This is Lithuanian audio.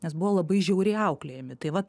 nes buvo labai žiauriai auklėjami tai va